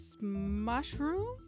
mushroom